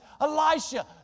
Elisha